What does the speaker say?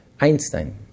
Einstein